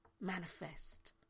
manifest